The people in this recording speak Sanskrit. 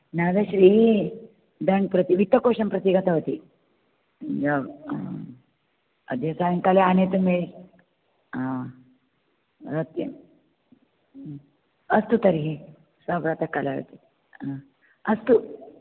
नागश्री बेङ्क् प्रति वित्तकोशं प्रति गतवती अद्य सायङ्काले आनेतुं हा सत्यं अस्तु तर्हि श्वः प्रातःकाले आगच्छतु हा अस्तु